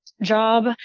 job